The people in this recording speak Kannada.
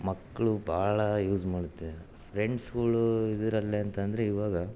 ಮಕ್ಕಳು ಭಾಳ ಯೂಸ್ ಮಾಡ್ತಾರೆ ಫ್ರೆಂಡ್ಸ್ಗಳು ಇದರಲ್ಲೆಂತಂದ್ರೆ ಈವಾಗ